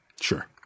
Sure